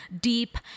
deep